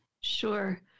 Sure